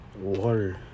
water